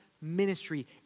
ministry